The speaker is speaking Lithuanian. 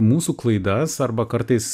mūsų klaidas arba kartais